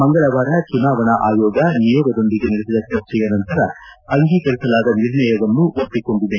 ಮಂಗಳವಾರ ಚುನಾವಣಾ ಆಯೋಗ ನಿಯೋಗದೊಂದಿಗೆ ನಡೆಸಿದ ಚರ್ಚೆಯ ನಂತರ ಅಂಗೀಕರಿಸಲಾದ ನಿರ್ಣಯವನ್ನು ಒಪ್ಪಿಕೊಂಡಿದೆ